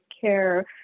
care